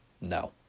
No